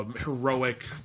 heroic